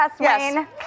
yes